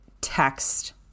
text